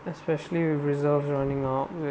especially resolve is running out